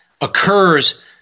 occurs